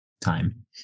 time